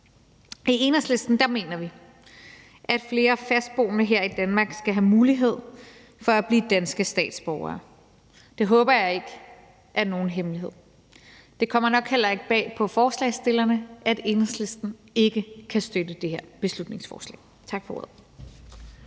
I Enhedslisten mener vi, at flere fastboende her i Danmark skal have mulighed for at blive danske statsborgere. Det håber jeg ikke er nogen hemmelighed. Det kommer nok heller ikke bag på forslagsstillerne, at Enhedslisten ikke kan støtte det her beslutningsforslag. Tak for ordet.